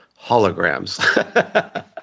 holograms